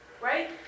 Right